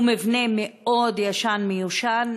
הוא מבנה מאוד ישן ומיושן,